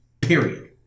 period